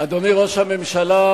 אדוני ראש הממשלה,